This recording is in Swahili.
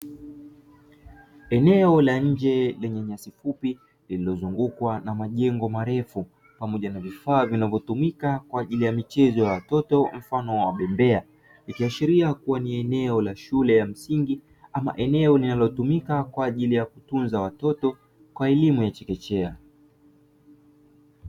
Eneo la nje lenye nyasi fupi lililozungukwa na majengo marefu pamoja na vifaa vinavyotumika kwa ajili ya michezo ya watoto mfano wa bembea, ikiashiria kuwa ni eneo la shule ya msingi ama eneo linalotumika kwa ajili ya kutunza watoto kwa elimu ya chekechea.